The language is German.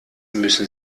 müssen